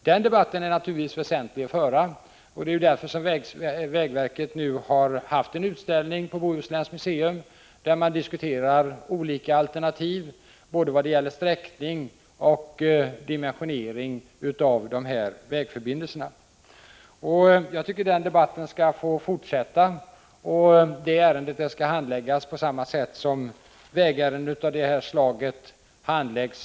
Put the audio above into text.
Den debatten är naturligtvis väsentlig att föra, och det är därför som vägverket nu har haft en utställning på Bohusläns museum, där man diskuterat olika alternativ vad gäller både sträckning och dimensionering av dessa vägförbindelser. Jag tycker att den diskussionen skall få fortsätta och att detta ärende skall handläggas på samma sätt som vägärenden av det här slaget alltid handläggs.